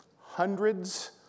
Hundreds